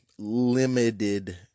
limited